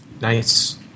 Nice